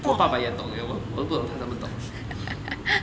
我爸爸也懂有我都不懂他怎么懂